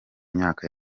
myaka